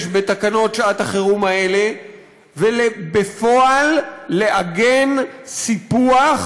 בתקנות שעת החירום האלה ובפועל לעגן סיפוח,